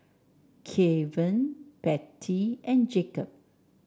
Keven Bettye and Jacob